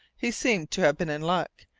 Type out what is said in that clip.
he seemed to have been in luck.